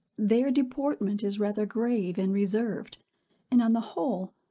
their deportment is rather grave and reserved and, on the whole,